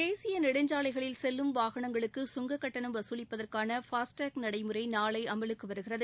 தேசிய நெடுஞ்சாலைகளில் செல்லும் வாகனங்களுக்கு சுங்கக் கட்டணம் வசூலிப்பதற்கான ஃபாஸ்டாக் நடைமுறை நாளை அமலுக்கு வருகிறது